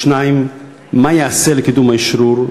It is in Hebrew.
2. מה ייעשה לקידום האשרור?